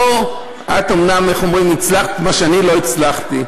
את אומנם הצלחת במה שאני לא הצלחתי,